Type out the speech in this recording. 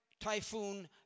typhoon